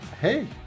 hey